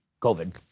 COVID